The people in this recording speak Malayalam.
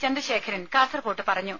ചന്ദ്രശേഖരൻ കാസർകോട്ട് പറഞ്ഞു